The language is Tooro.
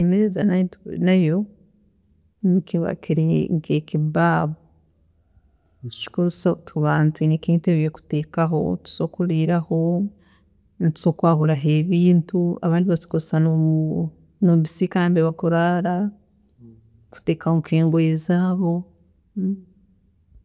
﻿Egi nayo nikiba kiri nkekibaaho, so osobola kuba nebintu ebi ori kuteekaho, nitusobola kiliiraho, nitusobola kwahuraho ebintu, abantu basobola kugikozesa nke’ekisiika mbere bakuraara, kuteekaho nkengoye zaabo.